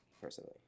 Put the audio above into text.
personally